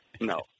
no